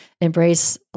Embrace